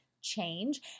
change